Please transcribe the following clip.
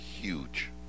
huge